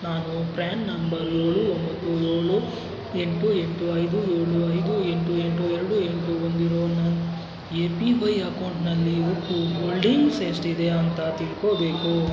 ನಾನು PRAN number ಏಳು ಒಂಬತ್ತು ಏಳು ಎಂಟು ಎಂಟು ಐದು ಏಳು ಐದು ಎಂಟು ಎಂಟು ಎರಡು ಎಂಟು ಹೊಂದಿರೋ ನನ್ನ ಎ ಪಿ ವೈ ಅಕೌಂಟ್ನಲ್ಲಿ ಒಟ್ಟು ಹೋಲ್ಡಿಂಗ್ಸ್ ಎಷ್ಟಿದೆ ಅಂತ ತಿಳ್ಕೋಬೇಕು